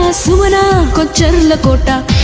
ah sumala kocharla kota